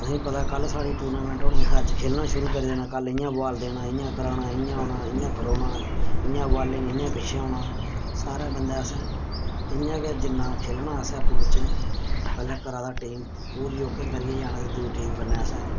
असेंगी पता कल साढ़ी टूर्नामेंट होनी असें अज्ज खेलना शुरू करी देना कल इ'यां बाल देना इ'यां कराना इ'यां होना इ'यां खड़ोना इ'यां बालिंग इ'यां पिच्छें औना सारे बंदे असें इ'यां गै जिन्ना खेलना असें आपूं बिच्चें पैह्लें घरा दा टीम पूरी ओके करियै जाना ते दूई टीम कन्नै असें